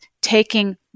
taking